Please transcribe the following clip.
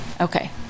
Okay